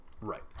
Right